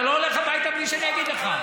אתה לא הולך הביתה בלי שאני אגיד לך.